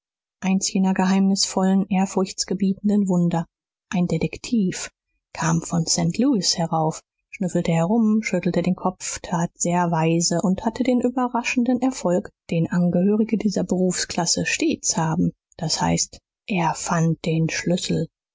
eins jener geheimnisvollen ehrfurchtgebietenden wunder ein detektiv kam von st louis herauf schnüffelte herum schüttelte den kopf tat sehr weise und hatte den überraschenden erfolg den angehörige dieser berufsklasse stets haben das heißt er fand den schlüssel